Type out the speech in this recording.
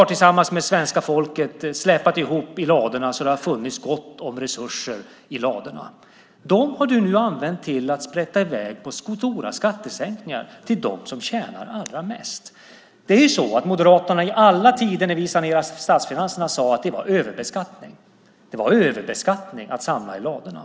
Tillsammans med svenska folket har vi släpat ihop i ladorna så att det har funnits gott om resurser i ladorna. De resurserna har du nu använt till att sprätta i väg stora skattesänkningar för dem som tjänar allra mest. Det är ju så att Moderaterna hela tiden när vi sanerade statsfinanserna talade om överbeskattning. Det var överbeskattning att samla i ladorna.